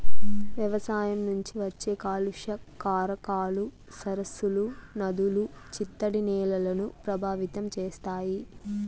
వ్యవసాయం నుంచి వచ్చే కాలుష్య కారకాలు సరస్సులు, నదులు, చిత్తడి నేలలను ప్రభావితం చేస్తాయి